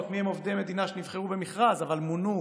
מיהם עובדי מדינה שנבחרו במכרז אבל מונו